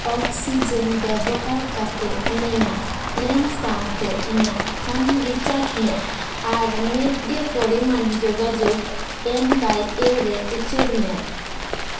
oxygen ᱵᱮᱵᱚᱦᱟᱨ ᱠᱟᱛᱮ ᱢᱮᱱᱟᱜ ᱯᱞᱮᱱ ᱥᱟᱶᱛᱮ ᱤᱧᱟᱹᱜ ᱯᱷᱳᱱ ᱨᱤᱪᱟᱨᱡ ᱢᱮ ᱟᱨ ᱢᱤᱫ ᱜᱮ ᱯᱚᱨᱤᱢᱟᱱ ᱡᱳᱜᱟᱡᱳᱜ ᱮᱱ ᱵᱟᱭ ᱮ ᱨᱮ ᱩᱪᱟᱹᱲ ᱢᱮ